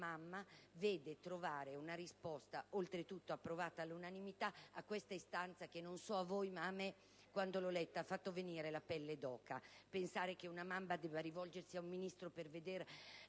mamma vede trovare una risposta, oltretutto all'unanimità, alla sua richiesta. Non so a voi, ma a me, quando l'ho letta, ha fatto venire «la pelle d'oca» pensare che una mamma debba rivolgersi ad un Ministro per vedere